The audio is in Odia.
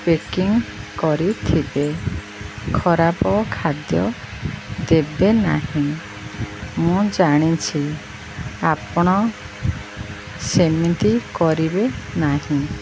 ପେକିଂ କରିଥିବେ ଖରାପ ଖାଦ୍ୟ ଦେବେ ନାହିଁ ମୁଁ ଜାଣିଛି ଆପଣ ସେମିତି କରିବେ ନାହିଁ